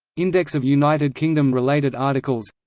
index of united kingdom-related articles